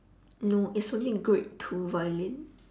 no it's only grade two violin